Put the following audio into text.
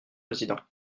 président